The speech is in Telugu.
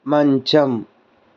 మంచం